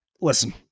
listen